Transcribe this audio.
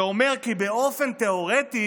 ואומר שבאופן תיאורטי